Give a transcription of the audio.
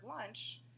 lunch